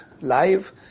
live